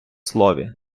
слові